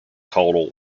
caudal